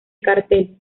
cartel